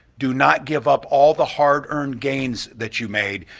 do not give up all the hard-earned gains that you made.